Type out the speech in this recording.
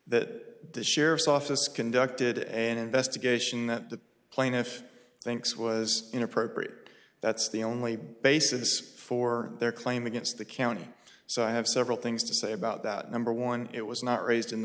that the sheriff's office conducted an investigation that the plaintiff thinks was inappropriate that's the only basis for their claim against the county so i have several things to say about that number one it was not raised in the